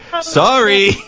sorry